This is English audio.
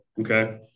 okay